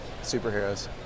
superheroes